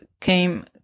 came